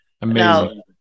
Amazing